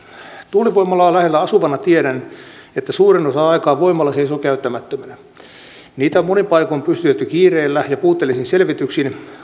tuulivoimalaa lähellä asuvana tiedän että suuren osan aikaa voimala seisoo käyttämättömänä niitä on monin paikoin pystytetty kiireellä ja puutteellisin selvityksin